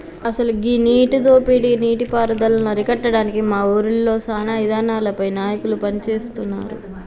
అసలు గీ నీటి దోపిడీ నీటి పారుదలను అరికట్టడానికి మా ఊరిలో సానా ఇదానాలపై నాయకులు పని సేస్తున్నారు